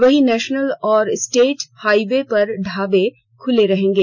वहीं नेशनल और state highway पर ढाबे खुले रहेंगे